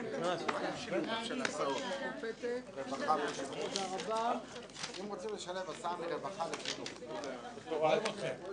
11:00.